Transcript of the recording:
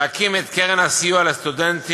להקים את קרן הסיוע לסטודנטים,